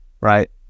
right